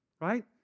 right